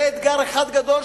זה אתגר אחד גדול,